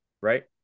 Right